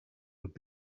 would